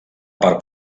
part